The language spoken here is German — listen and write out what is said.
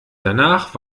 danach